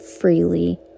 freely